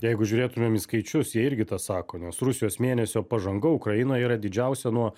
jeigu žiūrėtumėm į skaičius jie irgi tą sako nors rusijos mėnesio pažanga ukrainoje yra didžiausia nuo